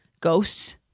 Ghosts